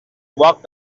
walk